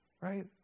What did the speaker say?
right